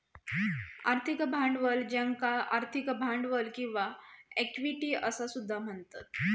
आर्थिक भांडवल ज्याका आर्थिक भांडवल किंवा इक्विटी असा सुद्धा म्हणतत